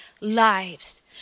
lives